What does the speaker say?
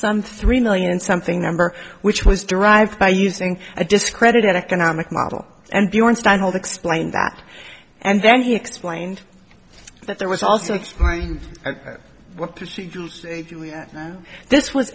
some three million something number which was derived by using a discredited economic model and bjorn stein hold explained that and then he explained that there was also explain that this was